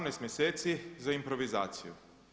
18 mjeseci za improvizaciju.